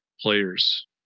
players